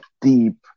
deep